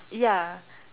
ya